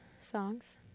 songs